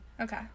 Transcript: Okay